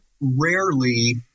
rarely